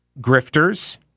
grifters